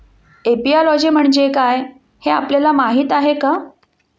Apiology म्हणजे काय, हे आपल्याला माहीत आहे का?